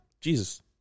Jesus